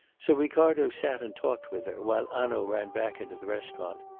so ricardo sat and talked with her while hanaud ran back into the restaurant.